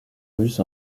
russe